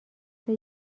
مثه